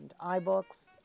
iBooks